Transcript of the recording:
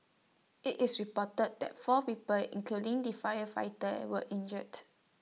IT is reported that four people including the firefighter were injured